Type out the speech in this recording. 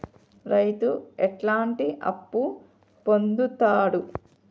రైతు ఎట్లాంటి అప్పు పొందుతడు?